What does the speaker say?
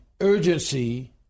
urgency